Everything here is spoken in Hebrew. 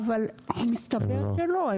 אבל מסתבר שלא.